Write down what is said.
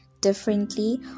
differently